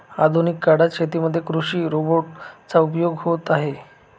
आधुनिक काळात शेतीमध्ये कृषि रोबोट चा उपयोग होत आहे